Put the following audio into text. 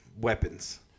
weapons